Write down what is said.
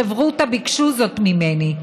"חברותא" ביקשו זאת ממני.